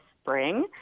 spring